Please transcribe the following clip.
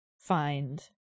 find